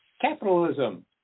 capitalism